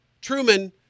Truman